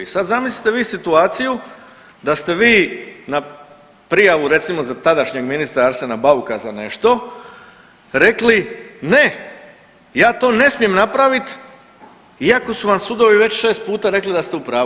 I sad zamislite vi situaciju da ste vi na prijavu recimo za tadašnjeg ministra Arsena Bauka za nešto rekli ne, ja to ne smijem napraviti iako su vam sudovi već šest puta rekli da ste u pravu.